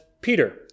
Peter